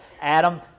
Adam